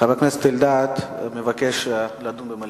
חבר הכנסת אלדד מבקש לדון במליאה.